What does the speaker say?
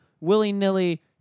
willy-nilly